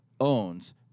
owns